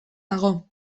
dago